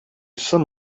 some